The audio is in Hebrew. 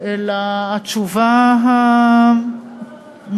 אלא היא תשובה משפטית,